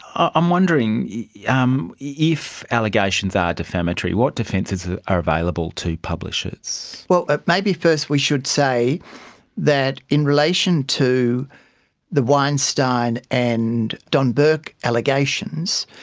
i'm wondering, yeah um if allegations are defamatory, what defences ah are available to publishers? well, maybe first we should say that in relation to the weinstein and don burke allegations,